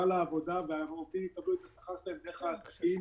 לעבודה והעובדים יקבלו את השכר שלהם דרך העסקים.